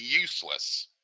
useless